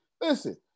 Listen